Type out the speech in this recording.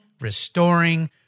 restoring